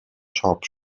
چاپ